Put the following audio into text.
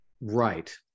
right